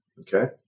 Okay